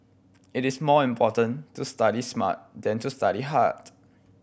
it is more important to study smart than to study hard